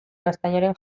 gaztainaren